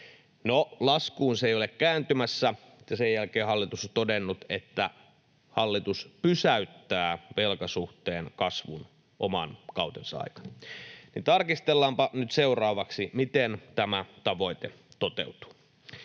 No, laskuun se ei ole kääntymässä, ja sen jälkeen hallitus on todennut, että hallitus pysäyttää velkasuhteen kasvun oman kautensa aikana. Tarkastellaanpa nyt seuraavaksi, miten tämä tavoite toteutuu.